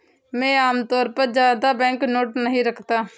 मैं आमतौर पर ज्यादा बैंकनोट नहीं रखता